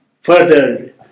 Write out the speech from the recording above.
further